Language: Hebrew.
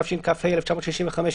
התשכ"ה-1965,